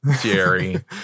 Jerry